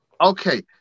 Okay